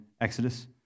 Exodus